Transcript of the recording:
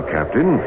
Captain